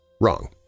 Wrong